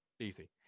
easy